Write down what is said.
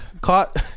caught